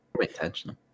intentional